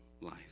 life